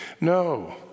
No